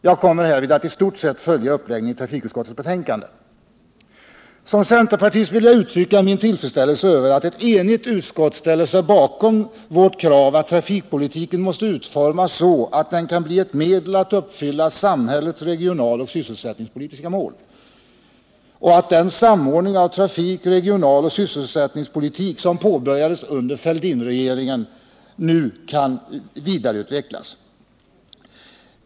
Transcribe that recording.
Jag kommer därvid att i stort sett följa uppläggningen i trafikutskottets betänkande. Som centerpartist vill jag uttrycka min tillfredsställelse över att ett enigt utskott ställer sig bakom vårt krav att trafikpolitiken måste utformas så, att den kan bli ett medel att uppfylla samhällets regionaloch sysselsättningspolitiska mål, och att den samordning av trafik-, regionaloch sysselsättningspolitik som påbörjades under Fälldinregeringen nu kan vidareutvecklas.